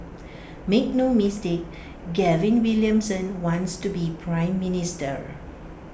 make no mistake Gavin Williamson wants to be Prime Minister